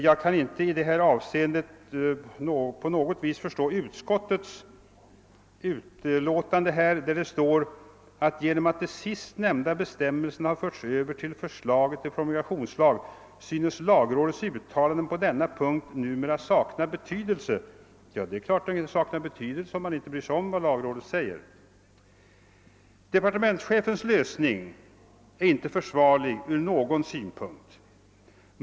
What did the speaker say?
Jag kan i detta avseende inte på något vis förstå utskottets utlåtande, där det står att >genom att de sist nämnda bestämmelserna har förts över till förslaget till promulgationslag synes lagrådets uttalanden på denna punkt numera sakna betydelse». Ja, det är klart att det saknar betydelse, om man inte bryr sig om vad lagrådet säger. Departementschefens lösning är inte försvarlig ur någon synpunkt.